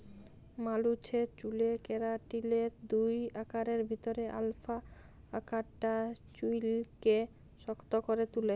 মালুসের চ্যুলে কেরাটিলের দুই আকারের ভিতরে আলফা আকারটা চুইলকে শক্ত ক্যরে তুলে